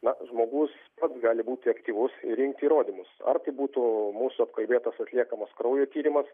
na žmogus pats gali būti aktyvus ir rinkti įrodymus ar tai būtų mūsų apkalbėtas atliekamas kraujo tyrimas